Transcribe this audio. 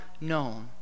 known